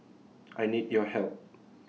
I need your help